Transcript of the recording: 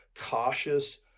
cautious